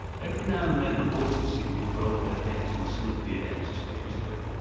every now and then the horses seemed to throw up their heads and sniffed the air suspiciously.